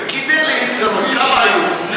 למה זה בא?